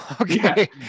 okay